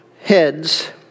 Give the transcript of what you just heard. heads